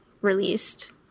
released